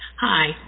Hi